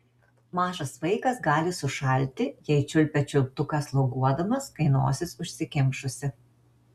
mažas vaikas gali sušalti jei čiulpia čiulptuką sloguodamas kai nosis užsikimšusi